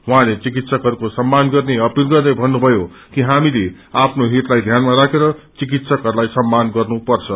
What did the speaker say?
उहाँले चिकित्सकहरूको सममान गर्ने अपील गर्दै भन्नुभयो कि हामीले आफ्नो हितलाई ध्यानमा राखेर चिकित्सकहरूको सम्मान गर्नुपर्छ